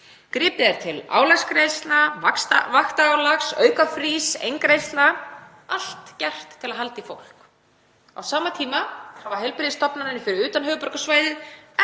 Gripið er til álagsgreiðslna, vaktaálags, aukafrís, eingreiðslna, allt gert til að halda í fólk. Á sama tíma hafa heilbrigðisstofnanir fyrir utan höfuðborgarsvæðið